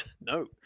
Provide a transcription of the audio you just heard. No